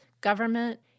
government